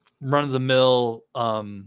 run-of-the-mill